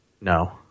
No